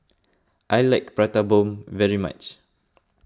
I like Prata Bomb very much